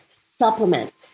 Supplements